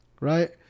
Right